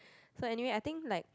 so anyway I think like